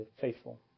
faithful